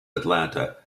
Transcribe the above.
atlanta